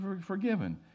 forgiven